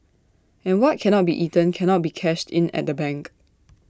and what cannot be eaten cannot be cashed in at the bank